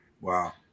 Wow